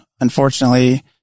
Unfortunately